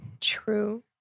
True